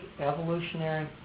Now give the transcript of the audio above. evolutionary